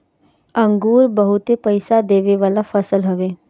अंगूर बहुते पईसा देवे वाला फसल हवे